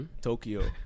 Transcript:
Tokyo